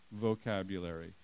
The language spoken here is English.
vocabulary